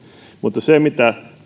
mutta se mitä